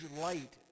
light